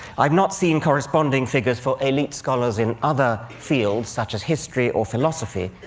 i've not seen corresponding figures for elite scholars in other fields, such as history or philosophy,